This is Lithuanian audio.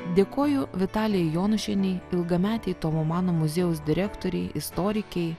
dėkoju vitalijai jonušienei ilgametei tomo mano muziejaus direktorei istorikei